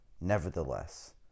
nevertheless